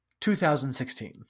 2016